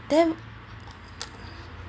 then